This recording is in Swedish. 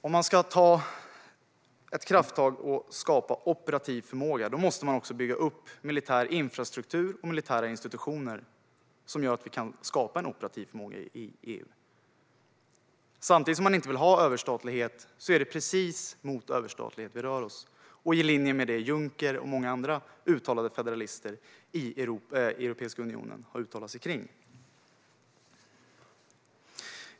Om man ska ta ett krafttag och skapa operativ förmåga måste man också bygga upp militär infrastruktur och militära institutioner som gör att vi kan skapa en operativ förmåga i EU. Samtidigt som man inte vill ha överstatlighet är det precis mot överstatlighet vi rör oss. Det är i linje med det som Juncker och många andra uttalade federalister i Europeiska unionen har uttalat sig för.